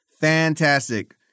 Fantastic